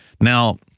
Now